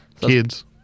Kids